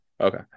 Okay